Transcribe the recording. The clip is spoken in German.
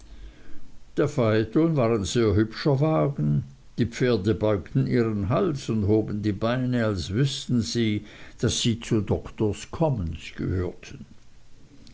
der phaeton war ein sehr hübscher wagen die pferde beugten ihren hals und hoben die beine als wüßten sie daß sie zu doktors commons gehörten